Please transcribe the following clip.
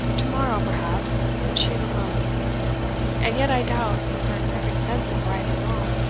to-morrow, perhaps, when she is alone and yet i doubt, from her imperfect sense of right and wrong,